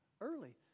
early